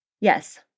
Yes